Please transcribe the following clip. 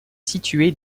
situé